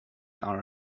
are